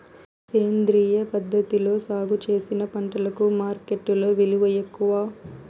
సేంద్రియ పద్ధతిలో సాగు చేసిన పంటలకు మార్కెట్టులో విలువ ఎక్కువ